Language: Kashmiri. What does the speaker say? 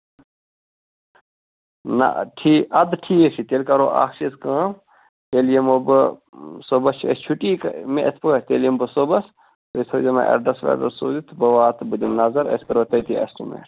نہ ٹھیٖک اَدٕ ٹھیٖک چھُ تیٚلہِ کَرو اکھ چیٖز کٲم تیٚلہِ یِمو بہٕ صبُحس چھےٚ اَسہِ چھُٹی مےٚ یِتھٕ پٲٹھۍ تیٚلہِ یِمہٕ بہٕ صبُحَس تُہۍ سوٗزیو مےٚ ایٚڈرَس ویڈرَس سوٗزِتھ بہٕ واتہٕ بہٕ دِمہٕ نَظر أسۍ کرو تٔتی ایٚسٹِمیٹ